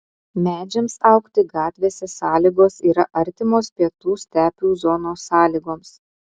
medžiams augti gatvėse sąlygos yra artimos pietų stepių zonos sąlygoms